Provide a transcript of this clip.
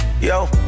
Yo